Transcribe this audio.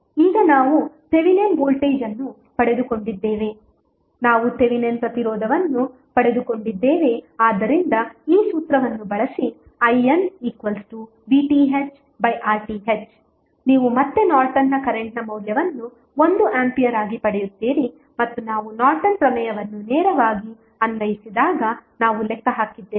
ಈಗ ನಾವು Thevenin voltage ಅನ್ನು ಪಡೆದುಕೊಂಡಿದ್ದೇವೆ ನಾವು ಥೆವೆನಿನ್ ಪ್ರತಿರೋಧವನ್ನು ಪಡೆದುಕೊಂಡಿದ್ದೇವೆ ಆದ್ದರಿಂದ ಈ ಸೂತ್ರವನ್ನು ಬಳಸಿ INVThRTh ನೀವು ಮತ್ತೆ ನಾರ್ಟನ್ನ ಕರೆಂಟ್ನ ಮೌಲ್ಯವನ್ನು 1 ಆಂಪಿಯರ್ ಆಗಿ ಪಡೆಯುತ್ತೀರಿ ಮತ್ತು ನಾವು ನಾರ್ಟನ್ ಪ್ರಮೇಯವನ್ನು ನೇರವಾಗಿ ಅನ್ವಯಿಸಿದಾಗ ನಾವು ಲೆಕ್ಕ ಹಾಕಿದ್ದೇವೆ